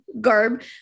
garb